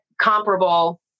comparable